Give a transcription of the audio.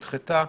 נדחתה.